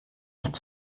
nicht